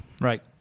Right